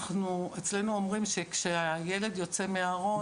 אצלנו אומרים שכשילד יוצא מהארון,